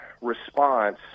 response